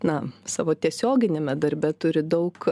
na savo tiesioginiame darbe turi daug